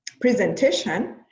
presentation